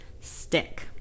stick